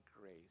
grace